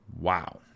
Wow